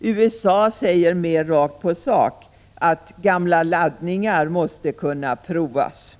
USA säger mer rakt på sak att gamla laddningar måste kunna provas.